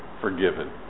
forgiven